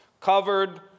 covered